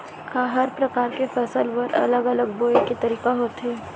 का हर प्रकार के फसल बर अलग अलग बोये के तरीका होथे?